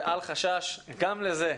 ואל חשש גם לזה,